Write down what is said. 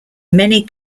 many